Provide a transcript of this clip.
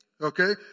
Okay